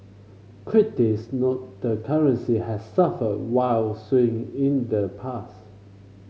critics note the currency has suffered wild swing in the past